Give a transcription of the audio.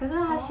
orh